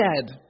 dead